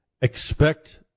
expect